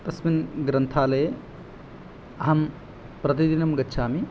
अस्मिन् ग्रन्थालये अहं प्रतिदिनं गच्छामि